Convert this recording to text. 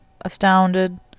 astounded